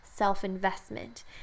self-investment